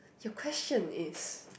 your question is